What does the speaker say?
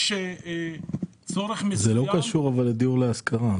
יש צורך מסוים -- זה לא קשור לדיור להשכרה.